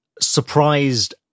surprised